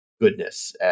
goodness